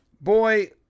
Boy